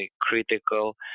critical